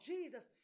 Jesus